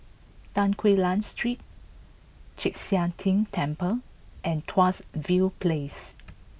Tan Quee Lan Street Chek Sian Tng Temple and Tuas View Place